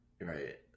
Right